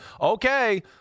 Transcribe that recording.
okay